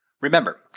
Remember